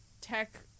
tech